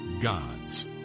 God's